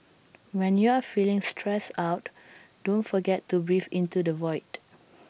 when you are feeling stressed out don't forget to breathe into the void